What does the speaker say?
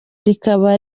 rikaba